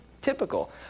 typical